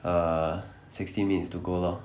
uh sixty minutes to go lor